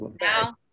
Now